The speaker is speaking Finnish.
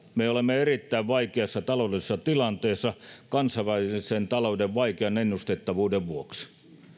me olemme erittäin vaikeassa taloudellisessa tilanteessa kansainvälisen talouden vaikean ennustettavuuden vuoksi